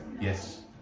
Yes